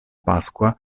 pasqua